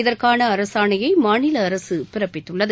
இதற்கான அரசாணையை மாநில அரசு பிறப்பித்துள்ளது